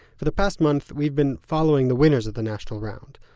for the past month, we've been following the winners of the national round.